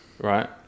right